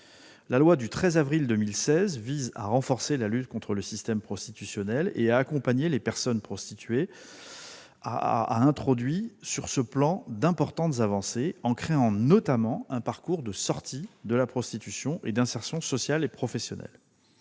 La loi du 13 avril 2016 visant à renforcer la lutte contre le système prostitutionnel et à accompagner les personnes prostituées a introduit sur ce point d'importantes avancées, en créant notamment un parcours de sortie de la prostitution et d'insertion sociale et professionnelle.